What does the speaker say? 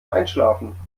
einschlafen